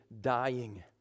dying